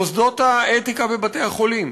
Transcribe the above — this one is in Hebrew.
מוסדות האתיקה ובתי-החולים,